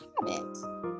habit